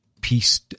peace